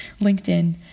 LinkedIn